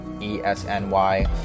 E-S-N-Y